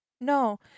No